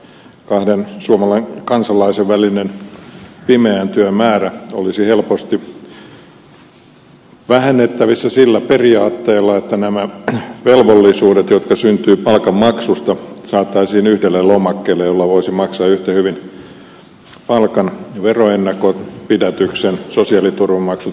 kahden suomen kansalaisen välisen pimeän työn määrä olisi helposti vähennettävissä sillä periaatteella että nämä velvollisuudet jotka syntyvät palkanmaksusta saataisiin yhdelle lomakkeelle jolla voisi maksaa yhtä hyvin palkan veroennakonpidätyksen sosiaaliturvamaksut ja eläkemaksut